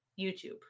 YouTube